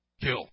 Kill